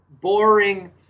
boring